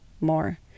more